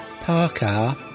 Parker